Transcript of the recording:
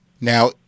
Now